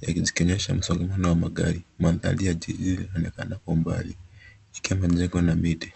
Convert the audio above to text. yakionyesha msongamano wa magari. Mandhari ya jiji inaonekana kwa umbali ikiwa na majengo na miti.